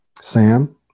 Sam